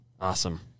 awesome